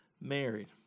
married